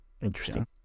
interesting